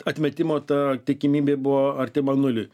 atmetimo ta tikimybė buvo artima nuliui